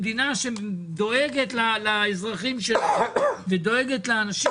כמדינה שדואגת לאזרחים שלה ודואגת לאנשים,